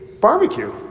barbecue